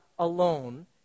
alone